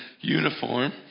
uniform